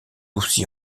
aussi